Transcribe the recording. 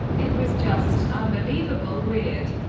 it was just. unbelievable, weird.